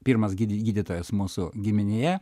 pirmas gydy gydytojas mūsų giminėje